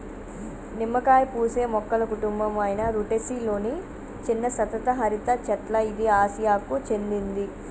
నిమ్మకాయ పూసే మొక్కల కుటుంబం అయిన రుటెసి లొని చిన్న సతత హరిత చెట్ల ఇది ఆసియాకు చెందింది